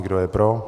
Kdo je pro?